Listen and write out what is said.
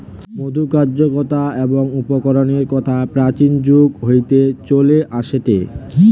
মধুর কার্যকতা এবং উপকারের কথা প্রাচীন যুগ হইতে চলে আসেটে